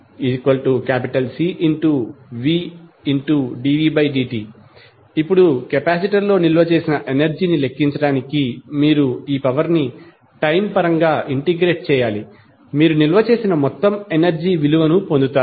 pviCvdvdt ఇప్పుడు కెపాసిటర్లో నిల్వ చేసిన ఎనర్జీ ని లెక్కించడానికి మీరు ఈ పవర్ ని టైమ్ పరంగా ఇంటిగ్రేట్ చేయాలి మీరు నిల్వ చేసిన మొత్తం ఎనర్జీ విలువను పొందుతారు